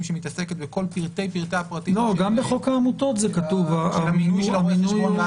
שמתעסקת בפרטי-הפרטים של המינוי של רואה החשבון,